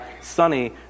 sunny